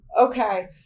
Okay